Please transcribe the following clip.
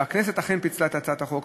והכנסת אכן פיצלה את הצעת החוק.